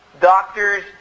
doctors